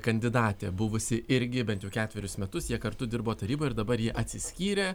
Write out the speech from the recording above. kandidatė buvusi irgi bent jau ketverius metus jie kartu dirbo taryboj ir dabar ji atsiskyrė